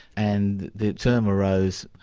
and the term arose,